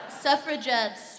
suffragettes